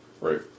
right